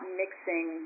mixing